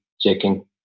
checking